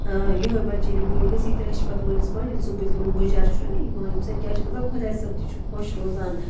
یِہوٚے بَچہٕ ییٚلہِ یہِ بوٚڑ گَژھِ یہِ تہِ رَچھِ پَتہٕ مٲلِس ماجہِ ییٚلہِ سُہ ییٚلہِ تٔمِس بٕجَر چھُ یِوان ییٚمۍ سۭتۍ کیٛاہ چھِ گژھان خۄداے صٲب تہِ چھُ خۄش روزان